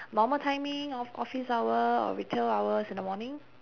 normal timing of office hour or retail hours in the morning